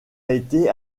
été